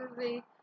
movie